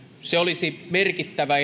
se olisi merkittävä